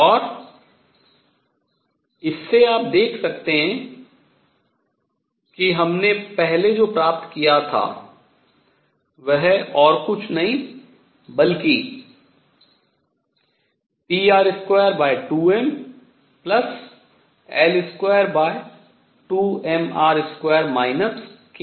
और इससे आप देख सकते हैं कि हमने पहले जो प्राप्त किया था वह और कुछ नहीं बल्कि pr22mL22mr2 kr के बराबर है